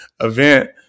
event